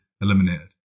eliminated